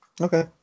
Okay